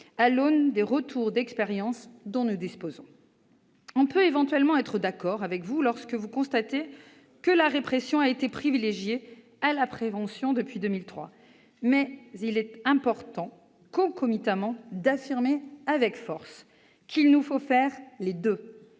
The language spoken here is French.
à l'aune des retours d'expérience dont nous disposons. On peut éventuellement être d'accord avec vous lorsque vous constatez que la répression a été privilégiée à la prévention depuis 2003, mais il est important d'affirmer concomitamment et avec force qu'il nous faut faire les deux.